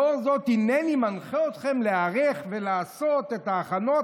לאור זאת הינני מנחה אתכם להיערך ולעשות את ההכנות